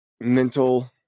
mental